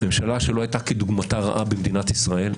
ממשלה שלא הייתה רעה כדוגמתה במדינת ישראל,